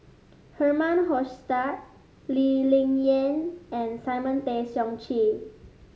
Herman Hochstadt Lee Ling Yen and Simon Tay Seong Chee